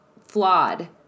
flawed